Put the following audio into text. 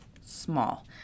small